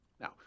Now